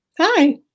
Hi